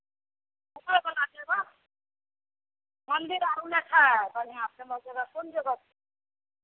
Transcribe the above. घुमयवला जगह मन्दिर आरो नहि छै बढ़िआँसँ ओ जगह कोन जगह छियै